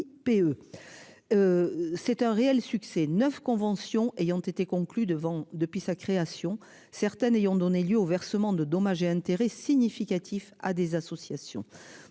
C'est un réel succès 9 conventions ayant été conclu devant depuis sa création, certaines ayant donné lieu au versement de dommages et intérêts significatifs à des associations,